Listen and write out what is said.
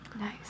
Nice